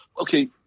Okay